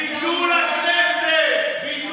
אבקש מחברי הכנסת לתמוך בהצעת החוק לתיקון ולקיום